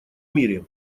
мире